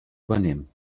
übernehmen